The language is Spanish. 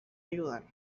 ayudan